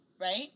right